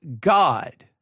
God